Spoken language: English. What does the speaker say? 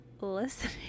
listening